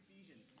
Ephesians